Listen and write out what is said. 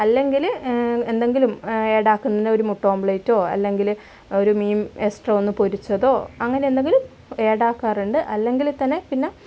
അല്ലങ്കിൽ എന്തെങ്കിലും ഏടാക്കുന്നതിന് മുട്ട ഓംലൈറ്റോ അല്ലങ്കിൽ ഒരു മീൻ എക്സ്ട്രാ ഒന്ന് പൊരിച്ചതോ അങ്ങനെ എന്തെങ്കിലും ഏടാക്കാറുണ്ട് അല്ലെങ്കിൽ തന്നെ പിന്നെ